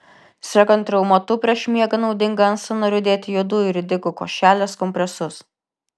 sergant reumatu prieš miegą naudinga ant sąnarių dėti juodųjų ridikų košelės kompresus